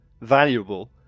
valuable